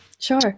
Sure